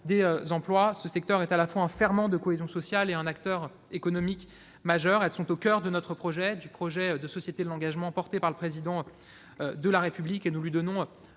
des emplois, ce secteur est, à la fois, un ferment de cohésion sociale et un acteur économique majeur. Les associations sont au coeur du projet de société de l'engagement porté par le Président de la République. C'est un nouvel